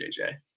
JJ